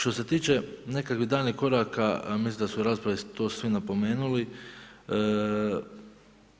Što se tiče nekakvih daljnjih koraka, mislim da su iz rasprave to svi napomenuli